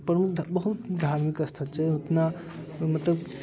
प्रमुख बहुत धार्मिक स्थल छै उतना मतलब